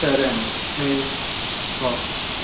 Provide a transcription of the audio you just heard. సరే అండి మీకు ఓకే